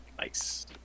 Nice